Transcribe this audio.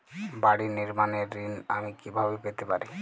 বাড়ি নির্মাণের ঋণ আমি কিভাবে পেতে পারি?